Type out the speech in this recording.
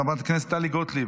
חברת הכנסת טלי גוטליב,